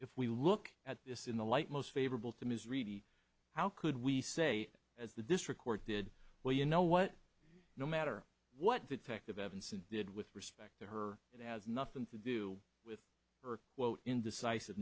if we look at this in the light most favorable to ms reedy how could we say as the district court did well you know what no matter what detective evanston did with respect to her it has nothing to do with her well in